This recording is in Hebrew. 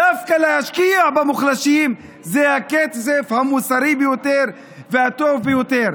דווקא להשקיע במוחלשים זה הכסף המוסרי ביותר והטוב ביותר.